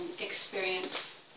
experience